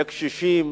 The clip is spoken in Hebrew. לקשישים,